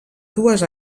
dues